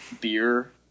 beer